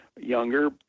younger